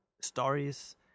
stories